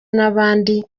abandi